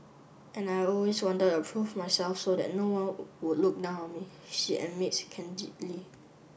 and I always wanted to prove myself so that no one would look down on me she admits candidly